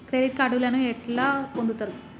Credit కార్డులను ఎట్లా పొందుతరు?